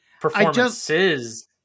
Performances